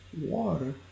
Water